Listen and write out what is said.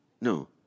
No